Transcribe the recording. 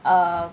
um